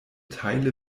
teile